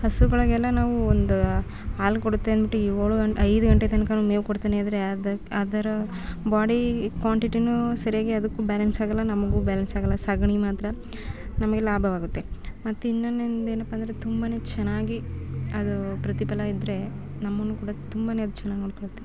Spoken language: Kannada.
ಹಸುಗಳಿಗೆಲ್ಲ ನಾವು ಒಂದು ಹಾಲು ಕೊಡುತ್ತೆಂಟು ಏಳು ಐದು ಗಂಟೆ ತನಕನೂ ಮೇವು ಕೊಡ್ತೀನಿ ಆದರೆ ಅದರ ಬಾಡಿ ಕ್ವಾಂಟಿಟಿಯೂ ಸರಿಯಾಗಿ ಅದಕ್ಕೂ ಬ್ಯಾಲನ್ಸ್ ಆಗಲ್ಲ ನಮಗೂ ಬ್ಯಾಲನ್ಸ್ ಆಗಲ್ಲ ಸಗಣಿ ಮಾತ್ರ ನಮಗೆ ಲಾಭವಾಗುತ್ತೆ ಮತ್ತೆ ಇನ್ನೇನು ಒಂದು ಏನಪ್ಪಂದ್ರೆ ತುಂಬನೇ ಚೆನ್ನಾಗಿ ಅದು ಪ್ರತಿಫಲ ಇದ್ದರೆ ನಮಗೂ ಕೂಡ ತುಂಬನೇ ಅದು ಚೆನ್ನಾಗಿ ನೋಡ್ಕೊಳ್ತೆ